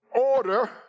order